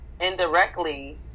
indirectly